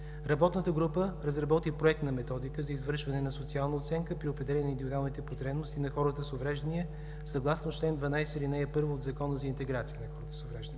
Работната група разработи Проект на методика за извършване на социална оценка при определяне на индивидуалните потребности на хората с увреждания съгласно чл. 12, ал. 1 от Закона за интеграция на хората с увреждания.